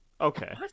Okay